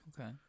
okay